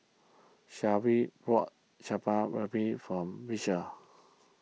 Sharee bought Chaat Papri from Beecher